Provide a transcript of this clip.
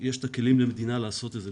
למדינה יש את הכלים לעשות את זה.